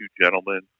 gentlemen